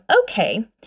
okay